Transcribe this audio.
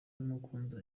n’umukunzi